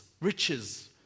riches